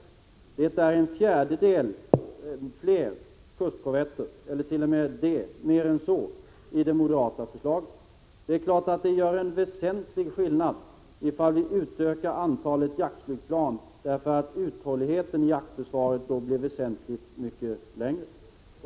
Moderata samlingspartiet har föreslagit en fjärdedel fler kustkorvetter — eller t.o.m. mer än så. Det är klart att det blir en väsentlig skillnad om vi utökar antalet jaktflygplan, eftersom uthålligheten i jaktförsvaret då blir väsentligt mycket längre.